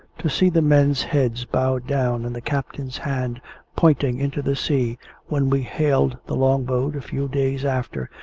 to see the men's heads bowed down and the captain's hand pointing into the sea when we hailed the long boat, a few days after,